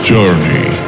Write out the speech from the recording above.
Journey